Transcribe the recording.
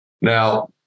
Now